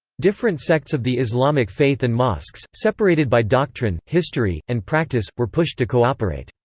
different sects of the islamic faith and mosques, separated by doctrine, history, and practice, were pushed to cooperate.